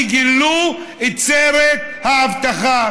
כי גילו את סרט האבטחה.